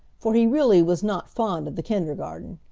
for he really was not fond of the kindergarten.